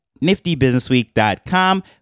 niftybusinessweek.com